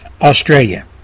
Australia